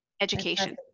Education